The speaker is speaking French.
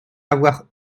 avoir